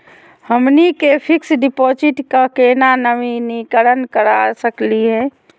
हमनी के fix deposit क केना नवीनीकरण करा सकली हो?